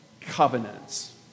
covenants